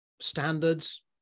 standards